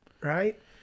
Right